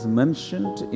mentioned